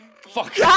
fuck